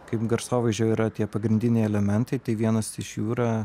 kaip garsovaizdžio yra tie pagrindiniai elementai tai vienas iš jų yra